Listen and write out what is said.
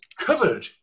covered